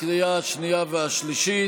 לקריאה השנייה והשלישית.